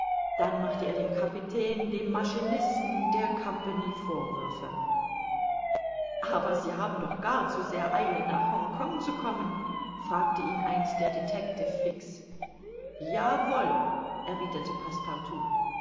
dann machte er dem kapitän dem maschinisten der compagnie vorwürfe aber sie haben doch gar zu sehr eile nach hongkong zu kommen fragte ihn einst der detectiv fix ja wohl erwiderte